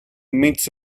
midst